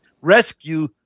rescue